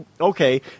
Okay